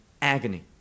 agony